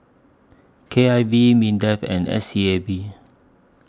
K I V Mindef and S E A B